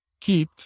keep